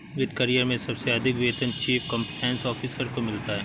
वित्त करियर में सबसे अधिक वेतन चीफ कंप्लायंस ऑफिसर को मिलता है